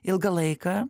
ilgą laiką